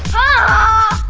ah,